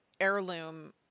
heirloom